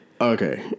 okay